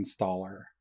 installer